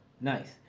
Nice